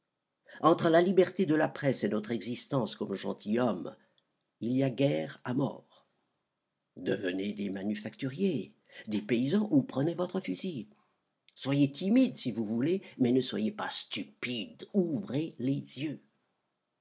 entre la liberté de la presse et notre existence comme gentilshommes il y a guerre à mort devenez des manufacturiers des paysans ou prenez votre fusil soyez timides si vous voulez mais ne soyez pas stupides ouvrez les yeux